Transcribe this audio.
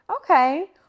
Okay